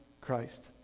Christ